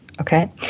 Okay